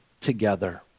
together